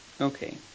Okay